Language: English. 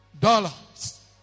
dollars